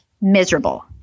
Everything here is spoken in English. miserable